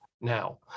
now